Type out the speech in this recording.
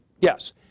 Yes